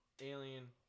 alien